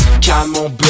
camembert